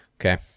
Okay